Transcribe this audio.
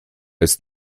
ist